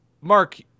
Mark